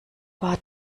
war